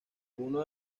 uno